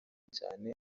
cyane